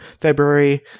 February